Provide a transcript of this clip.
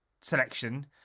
selection